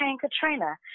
Katrina